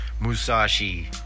Musashi